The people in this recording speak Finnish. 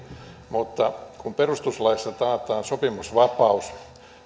mutta kun perustuslaissa taataan sopimusvapaus niin